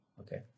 Okay